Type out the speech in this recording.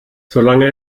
solange